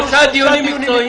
סליחה, שלושה דיונים מקצועיים.